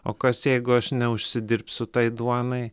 o kas jeigu aš neužsidirbsiu tai duonai